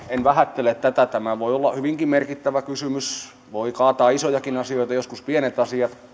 en vähättele tätä tämä voi olla hyvinkin merkittävä kysymys pienet asiat voivat joskus kaataa isojakin asioita